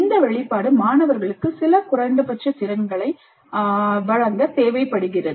இந்த வெளிப்பாடு மாணவர்களுக்கு சில குறைந்தபட்ச திறன்களை வழங்க தேவைப்படுகிறது